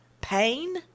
pain